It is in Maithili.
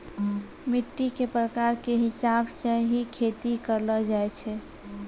मिट्टी के प्रकार के हिसाब स हीं खेती करलो जाय छै